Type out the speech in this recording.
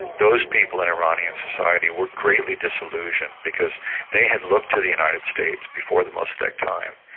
those people in iranian society were greatly disillusioned because they had looked to the united states before the mossadeq time,